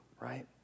right